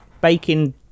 baking